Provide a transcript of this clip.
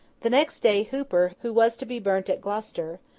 the next day, hooper, who was to be burnt at gloucester,